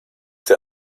der